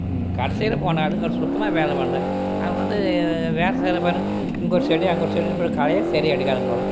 கடைசியில் போன ஆளுங்க சுத்தமாக வேலை பண்ணல அவள் வந்து வேலை செய்யறா பார் இங்கே ஒரு செடி அங்கே ஒரு செடின்னு பார் களையே சரியாக எடுக்காது போகுறா